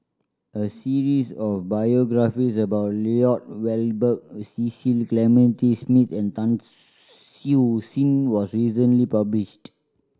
a series of biographies about Lloyd Valberg Cecil Clementi Smith and Tan Siew Sin was recently published